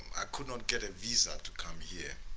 i could not get a visa to come here